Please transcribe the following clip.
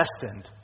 destined